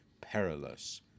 perilous